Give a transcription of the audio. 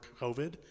COVID